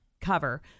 cover